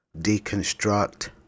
deconstruct